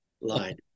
line